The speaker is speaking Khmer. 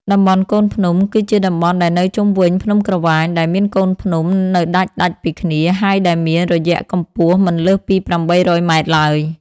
តំបន់កូនភ្នំ គឺជាតំបន់ដែលនៅជុំវិញភ្នំក្រវាញ ដែលមានកូនភ្នំ នៅដាច់ៗពីគ្នា ហើយដែលមានរយៈកំពស់មិនលើសពី ៨០០ ម៉ែត្រឡើយ ។